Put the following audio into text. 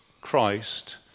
Christ